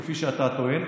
כפי שאתה טוען,